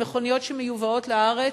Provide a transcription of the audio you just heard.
שמכוניות שמיובאות לארץ,